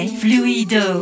fluido